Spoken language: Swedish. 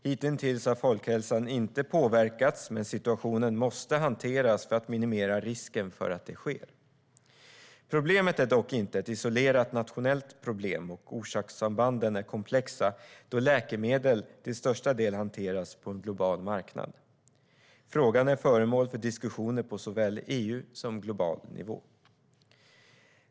Hitintills har folkhälsan inte påverkats, men situationen måste hanteras för att minimera risken för att det sker. Problemet är dock inte ett isolerat nationellt problem, och orsakssambanden är komplexa då läkemedel till största del hanteras på en global marknad. Frågan är föremål för diskussioner på såväl EU-nivå som global nivå.